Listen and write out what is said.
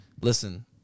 Listen